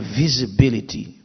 visibility